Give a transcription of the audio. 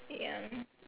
ya